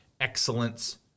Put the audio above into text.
excellence